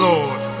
Lord